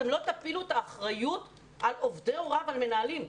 אתם לא תפילו את האחריות על עובדי הוראה ועל מנהלים.